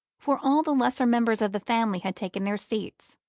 for all the lesser members of the family had taken their seats,